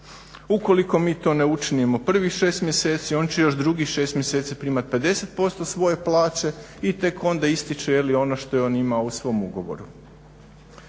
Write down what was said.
Ukoliko mi to ne učinimo prvih šest mjeseci on će još drugih šest mjeseci primati 50% svoje plaće i tek onda istječe jel' ono što je on imao u svom ugovoru.